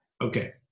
Okay